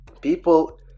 people